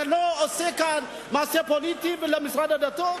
אתה לא עושה כאן מעשה פוליטי, במשרד הדתות?